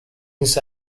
this